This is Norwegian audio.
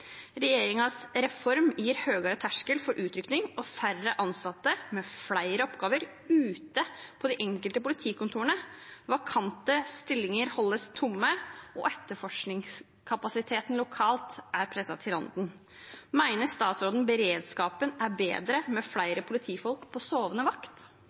reform gir høyere terskel for utrykning og færre ansatte med flere oppgaver ute på de enkelte politikontorene. Vakante stillinger holdes tomme, og etterforskningskapasiteten lokalt er presset til randen. Mener statsråden beredskapen er bedre med flere politifolk på sovende vakt?